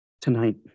Tonight